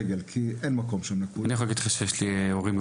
אני יכול להגיד לך שיש לי הורים מבוגרים,